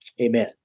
Amen